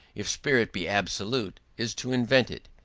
if spirit be absolute, is to invent it.